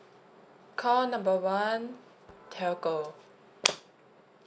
call number one telco